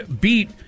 beat